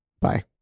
bye